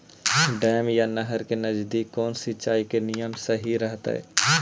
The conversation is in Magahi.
डैम या नहर के नजदीक कौन सिंचाई के नियम सही रहतैय?